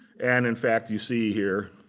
and, in fact, you see here,